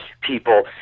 people